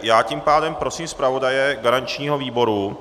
Já tím pádem prosím zpravodaje garančního výboru.